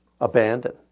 abandon